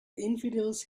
infidels